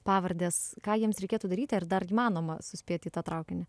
pavardes ką jiems reikėtų daryti ar dar įmanoma suspėti į tą traukinį